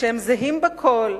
שהם זהים בכול,